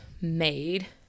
made